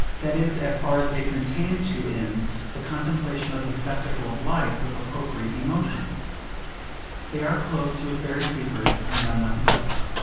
that is as far as they can attain to in the contemplation of the spectacle of life with appropriate emotions they are close to his very secret and know nothing of it.